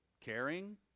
Caring